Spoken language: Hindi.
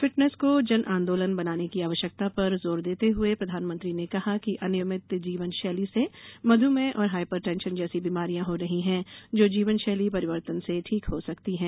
फिटनेस को जन आंदोलन बनाने की आवश्यकता पर जोर देते हुए प्रधानमंत्री ने कहा कि अनियमित जीवन शैली से मधुमेह और हाइपर टेंशन जैसी बीमारियां हो रही हैं जो जीवनशैली परिवर्तन से ठीक हो सकती हैं